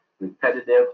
repetitive